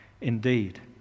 indeed